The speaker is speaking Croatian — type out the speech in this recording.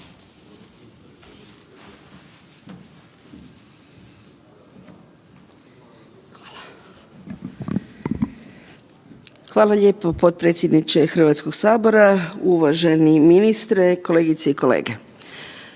Hvala lijepo potpredsjedniče Hrvatskog sabora, uvaženi ministre kolegice i kolege,